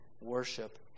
worship